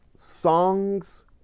songs